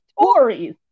stories